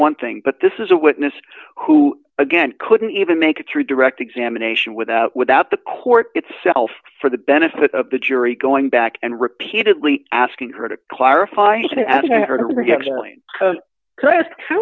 one thing but this is a witness who again couldn't even make it through direct examination without without the court itself for the benefit of the jury going back and repeatedly asking her to clarify